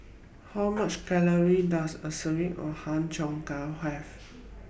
How Many Calories Does A Serving of Har Cheong Gai Have